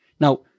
Now